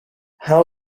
how